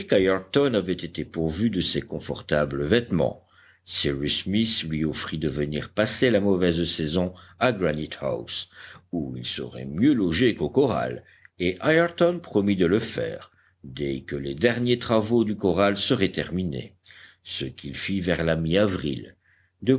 qu'ayrton avait été pourvu de ces confortables vêtements cyrus smith lui offrit de venir passer la mauvaise saison à granite house où il serait mieux logé qu'au corral et ayrton promit de le faire dès que les derniers travaux du corral seraient terminés ce qu'il fit vers la mi avril